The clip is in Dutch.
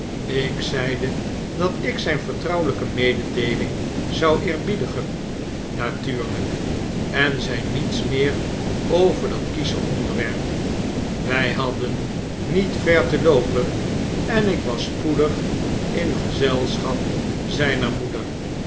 ik zeide dat ik zyn vertrouwelyke mededeeling zou eerbiedigen natuurlyk en zei niets meer over dat kiesche oiiderwerp wy hadden niet ver te loopen en ik was spoedig in gezelschap zyner moeder